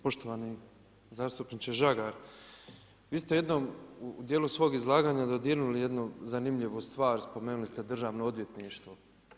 Poštovani zastupniče Žagar, vi se u jednom, u dijelu svog izlaganja dodirnuli jednu zanimljivu stvar, spomenuli ste državno odvjetništvo.